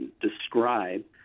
describe